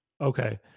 Okay